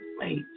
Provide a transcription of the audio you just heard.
Wait